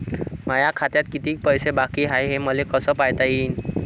माया खात्यात कितीक पैसे बाकी हाय हे मले कस पायता येईन?